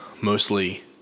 mostly